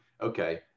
okay